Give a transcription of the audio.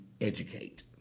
educate